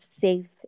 safe